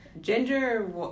Ginger